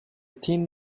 tin